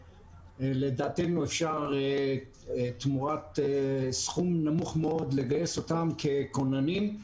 ולדעתנו אפשר תמורת סכום נמוך מאוד לגייס אותם ככוננים.